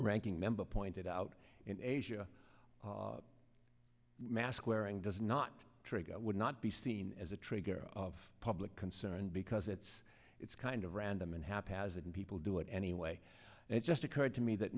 ranking member pointed out in asia mask wearing does not trigger would not be seen as a trigger of public concern because it's it's kind of random and haphazard and people do it anyway and it just occurred to me that